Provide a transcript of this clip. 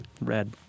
Red